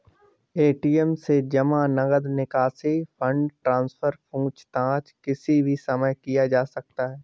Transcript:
ATM से जमा, नकद निकासी, फण्ड ट्रान्सफर, पूछताछ किसी भी समय किया जा सकता है